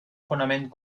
fonament